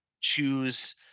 choose